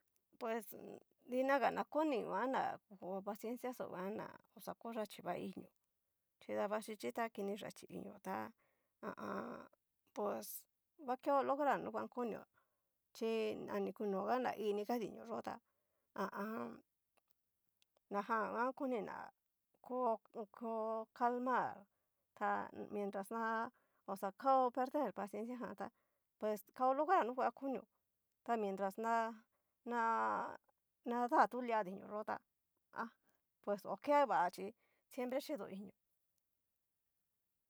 Pues dinaga na koni nguan na ko pacienciaxó nguan ná na oxa ko yachí va inio chi davaxhichí ta kini yachí inio tá ha a an. pues va keo lograr nuguan konio, chi a ni kunoga na iniga dinio yó'o, ta ha a an. jan nguan koni na ko ko kocalmar ta mientras na. oxakao perder paciencia jan tá pues kao lograr nunguan konio, ta miestras na nadatu lia dinio yo'o tá ha pues o ke va chí siempre chido inio.